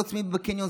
לא צמידים בקניון,